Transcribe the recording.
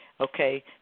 Okay